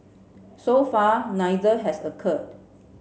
so far neither has occurred